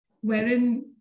wherein